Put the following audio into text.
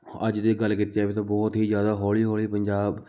ਅੱਜ ਜੇ ਗੱਲ ਕੀਤੀ ਜਾਵੇ ਤਾਂ ਬਹੁਤ ਹੀ ਜ਼ਿਆਦਾ ਹੌਲੀ ਹੌਲੀ ਪੰਜਾਬ